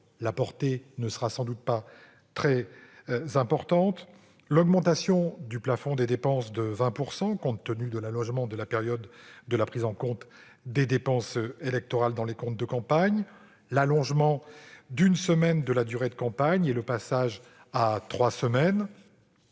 la portée ne sera sans doute pas très importante ; l'augmentation de 20 % du plafond des dépenses de campagne, compte tenu de l'allongement de la période de prise en compte des dépenses électorales dans les comptes de campagne ; l'allongement d'une semaine de la durée de campagne officielle et son passage à trois semaines